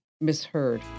Misheard